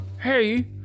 hey